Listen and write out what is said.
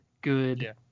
good